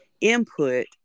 input